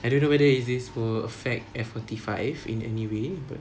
I don't know whether if this will effect F forty five in anyway but